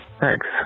Thanks